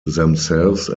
themselves